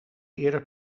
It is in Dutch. eerder